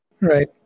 Right